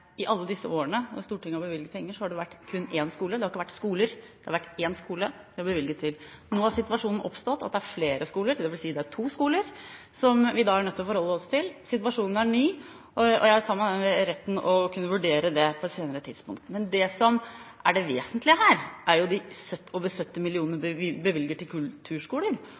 I alle disse årene som Stortinget har bevilget penger, har det vært kun én skole. Det har ikke vært skoler; det har vært én skole vi har bevilget til. Nå har den situasjonen oppstått at det er to skoler som vi da er nødt til å forholde oss til. Situasjonen er ny, og jeg tar meg den retten å kunne vurdere det på et senere tidspunkt. Men det som er det vesentlige her, er jo de over 70 mill. kr vi bevilger til kulturskoler,